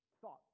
thought